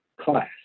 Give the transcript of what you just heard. class